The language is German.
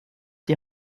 die